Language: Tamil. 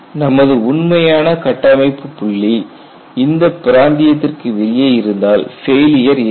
நமது உண்மையான கட்டமைப்பு புள்ளி இந்த பிராந்தியத்திற்கு வெளியே இருந்தால் ஃபெயிலியர் ஏற்படும்